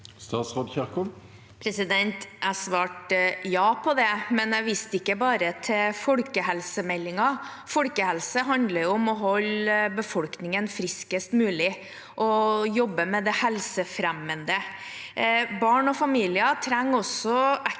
Ingvild Kjerkol Jeg svarte ja på det, men jeg viste ikke bare til folkehelsemeldingen. Folkehelse handler om å holde befolkningen friskest mulig og å jobbe med det helsefremmende. Barn og familier trenger også ekstra